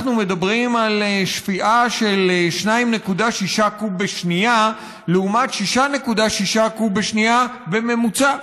אנחנו מדברים על שפיעה של 2.6 קוב בשנייה לעומת 6.6 קוב בשנייה בממוצע.